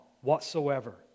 whatsoever